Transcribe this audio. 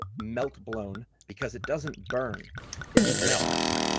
melt-blown because it doesn't burn it melts.